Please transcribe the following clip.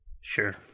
Sure